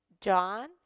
John